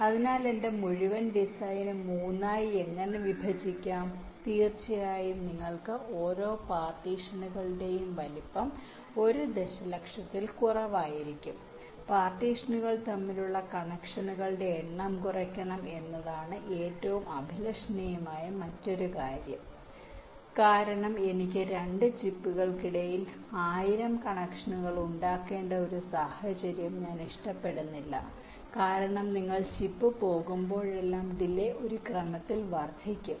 അതിനാൽ എന്റെ മുഴുവൻ ഡിസൈനും 3 ആയി എങ്ങനെ വിഭജിക്കാം തീർച്ചയായും നിങ്ങൾക്ക് ഓരോ പാർട്ടീഷനുകളുടെയും വലുപ്പം 1 ദശലക്ഷത്തിൽ കുറവായിരിക്കും പാർട്ടീഷനുകൾ തമ്മിലുള്ള കണക്ഷനുകളുടെ എണ്ണം കുറയ്ക്കണം എന്നതാണ് ഏറ്റവും അഭിലഷണീയമായ മറ്റൊരു കാര്യം കാരണം എനിക്ക് 2 ചിപ്പുകൾക്കിടയിൽ 1000 കണക്ഷനുകൾ ഉണ്ടാക്കേണ്ട ഒരു സാഹചര്യം ഞാൻ ഇഷ്ടപ്പെടുന്നില്ല കാരണം നിങ്ങൾ ചിപ്പ് പോകുമ്പോഴെല്ലാം ഡിലേ ഒരു ക്രമത്തിൽ വർദ്ധിക്കും